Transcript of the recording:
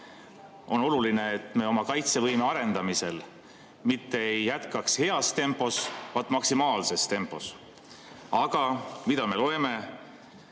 on oluline, et me oma kaitsevõime arendamisel ei jätkaks mitte heas tempos, vaid maksimaalses tempos. Aga me loeme